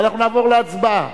ואנחנו נעבור להצבעה,